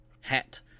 hat